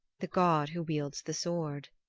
the god who wields the sword.